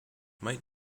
might